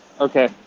Okay